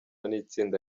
n’itsinda